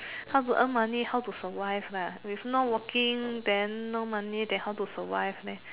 how to earn money how to survive lah if not working then no money then how to survive leh